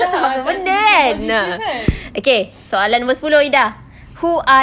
a'ah tak semestinya positive kan